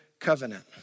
covenant